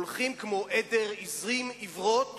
הולכים כמו עדר עזים עיוורות